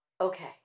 Okay